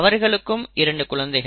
அவர்களுக்கும் இரண்டு குழந்தைகள்